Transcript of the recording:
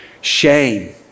Shame